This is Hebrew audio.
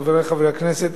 חברי חברי הכנסת,